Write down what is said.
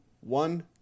one